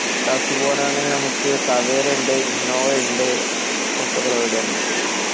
എട്ട് ആൾക്കാർക്ക് പോകാനാണെങ്കിൽ നമുക്ക് ടവേരെ ഉണ്ട് ഇന്നോവ ഉണ്ട്